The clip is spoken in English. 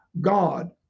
God